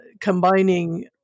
combining